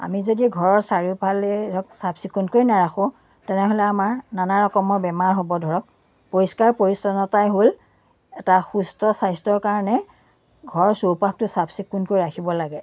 আমি যদি ঘৰৰ চাৰিওফালে ধৰক চাফ চিকুণকৈ নাৰাখোঁ তেনেহ'লে আমাৰ নানা ৰকমৰ বেমাৰ হ'ব ধৰক পৰিষ্কাৰ পৰিচ্ছন্নতাই হ'ল এটা সুস্থ স্বাস্থ্য়ৰ কাৰণে ঘৰৰ চৌপাশটো চাফ চিকুণকৈ ৰাখিব লাগে